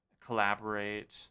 collaborate